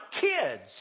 kids